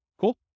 Cool